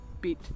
bit